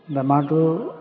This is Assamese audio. বেমাৰটো